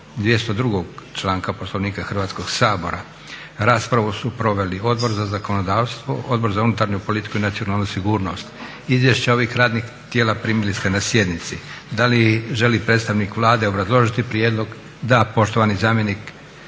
202. članka Poslovnika Hrvatskoga sabora. Raspravu su proveli Odbor za zakonodavstvo, Odbor za unutarnju politiku i nacionalnu sigurnost. Izvješća ovih radnih tijela primili ste na sjednici. Da li želi predstavnik Vlade obrazložiti prijedlog? Da. Poštovani zamjenik